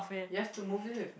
you have to move in with